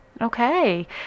okay